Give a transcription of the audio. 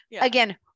again